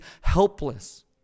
helpless